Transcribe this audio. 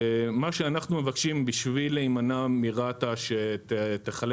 מה שאנחנו מבקשים בשביל להימנע מרת"א שתחלק